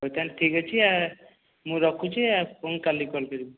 ହଉ ତାହାଲେ ଠିକ୍ଅଛି ଆ ମୁଁ ରଖୁଛି ଆ ପୁଣି କାଲି କଲ କରିବି